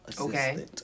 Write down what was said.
okay